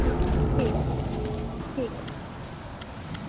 ठीक ऐ भी ठीक ऐ